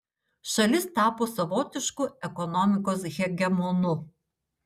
šalis tapo savotišku ekonomikos hegemonu